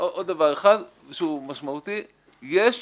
אני רוצה עוד דבר אחד שהוא משמעותי.